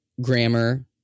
grammar